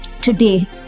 today